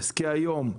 עסקי היום,